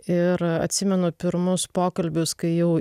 ir atsimenu pirmus pokalbius kai jau